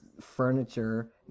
furniture